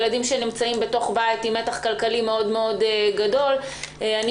למשל ילדים שנמצאים בתוך בית עם מתח כלכלי גדול מאוד.